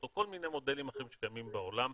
או כל מיני מודלים אחרים שקיימים בעולם,